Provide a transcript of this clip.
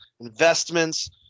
investments